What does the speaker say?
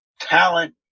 talent